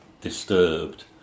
disturbed